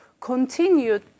continued